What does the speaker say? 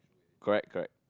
correct correct